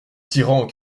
tyran